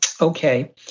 okay